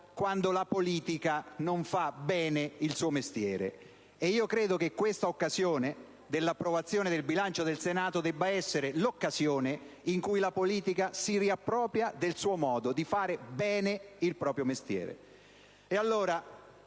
quando la politica non fa bene il suo mestiere, e penso che questa occasione dell'approvazione del bilancio del Senato debba essere quella in cui la politica si riappropria del suo modo di fare bene il proprio mestiere.